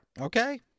Okay